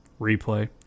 Replay